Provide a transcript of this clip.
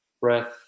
breath